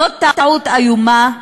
זאת טעות איומה,